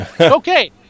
Okay